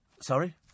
Sorry